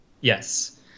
Yes